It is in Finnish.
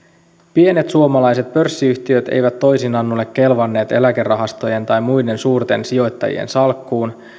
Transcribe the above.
pienet suomalaiset pörssiyhtiöt eivät toisinaan ole kelvanneet eläkerahastojen tai muiden suurten sijoittajien salkkuun